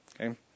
Okay